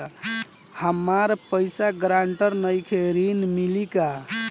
हमरा पास ग्रांटर नईखे ऋण मिली का?